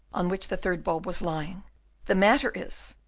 on which the third bulb was lying the matter is,